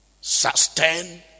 sustain